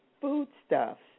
foodstuffs